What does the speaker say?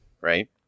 right